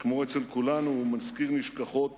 שכמו אצל כולנו הוא מזכיר נשכחות